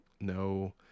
No